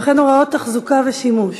וכן הוראות תחזוקה ושימוש.